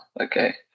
Okay